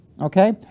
okay